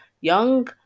young